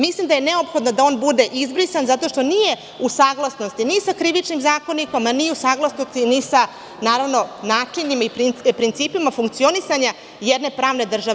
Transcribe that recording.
Mislim da je neophodno da on bude izbrisan zato što nije u saglasnosti ni sa Krivičnim zakonikom, a ni u saglasnosti sa načinima i principima funkcionisanja jedne pravne države.